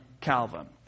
calvin